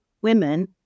women